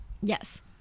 Yes